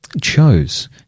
chose